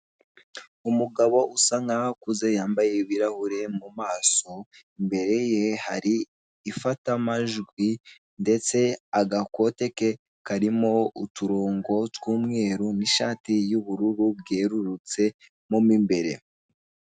Umugabo usa nkaho akuze yambaye ibirahure mu maso imbere ye hari ifatamajwi ndetse agakote ke karimo uturongo tw'umweru n'ishati y'ubururu bwerurutse mo mimbere.